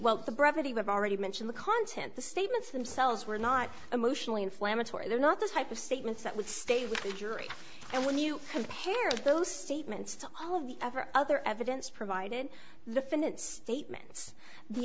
well the brevity we've already mentioned the content the statements themselves were not emotionally inflammatory they're not the type of statements that would stay with the jury and when you compare those statements to all of the ever other evidence provided the finance statements the